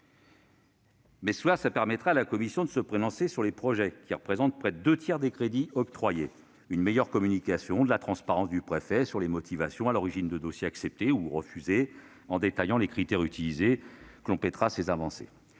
saisine permettra à la commission de se prononcer sur les projets représentant près de deux tiers des crédits octroyés. Une meilleure communication et une plus grande transparence de la part du préfet sur les motivations à l'origine de dossiers acceptés ou refusés, avec un détail des critères utilisés, complèteront ces avancées.